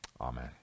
Amen